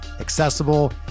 accessible